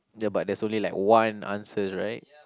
ya but there's only like one answer right